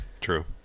True